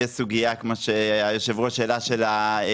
יש סוגיה כמו שהיושב ראש העלה של האופי